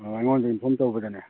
ꯑꯣ ꯑꯩꯉꯣꯟꯗ ꯏꯟꯐꯣꯝ ꯇꯧꯕꯗꯅꯦ